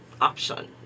option